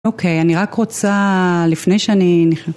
אוקיי, אני רק רוצה, לפני שאני